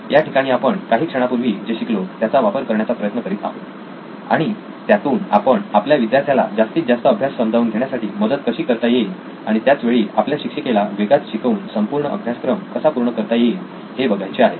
या ठिकाणी आपण काही क्षणापूर्वी जे शिकलो त्याचा वापर करण्याचा प्रयत्न करीत आहोत आणि त्यातून आपण आपल्या विद्यार्थ्याला जास्तीत जास्त अभ्यास समजावून घेण्यासाठी मदत कशी करता येईल आणि त्याच वेळी आपल्या शिक्षिकेला वेगात शिकवून संपूर्ण अभ्यासक्रम कसा पूर्ण करता येईल हे बघायचे आहे